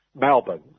Melbourne